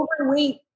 overweight